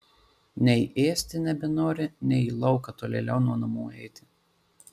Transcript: nei ėsti nebenori nei į lauką tolėliau nuo namų eiti